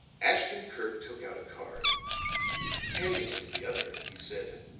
ashton-kirk took out a card handing it to the other, he said